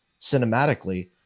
cinematically